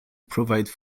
provide